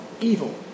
evil